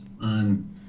on